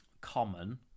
common